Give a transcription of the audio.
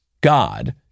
God